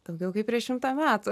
daugiau kaip prieš šimtą metų